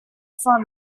saint